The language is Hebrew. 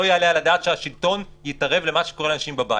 לא יעלה על הדעת שהשלטון יתערב במה שקורה לאנשים בבית.